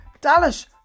Dallas